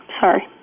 Sorry